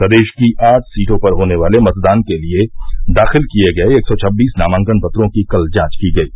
प्रदेश की आठ सीटों पर होने वाले मतदान के लिए दाखिल किये गये एक सौ छब्बीस नामांकन पत्रों की कल जांच की गयी